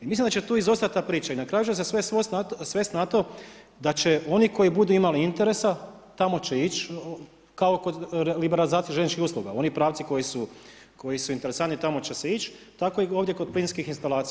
I mislim da će tu izostati ta priča i na kraju će se sve svesti na to, da će oni koji budu imali interesa tamo će ići kao kod liberalizacije željezničkih usluga, oni pravci koji su interesantni tamo će se ići, tako i ovdje kod plinskih instalacija.